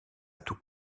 tout